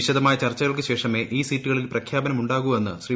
വിശദമായ ചർച്ചകൾക്ക് ശേഷമേ ഈ സീറ്റുകളിൽ പ്രഖ്യാപനം ഉണ്ടാകൂവെന്ന് ശ്രീ